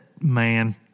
man